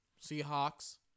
Seahawks